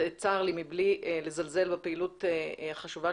צר לי ומבלי לזלזל בפעילות החשובה